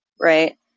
Right